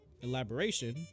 Elaboration